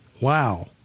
wow